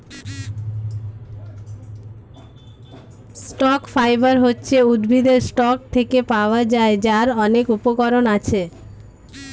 stock fibre হচ্ছে উদ্ভিদের stalk থেকে পাওয়া যায়, যার অনেক উপকরণ আছে